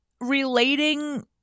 relating –